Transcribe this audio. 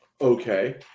okay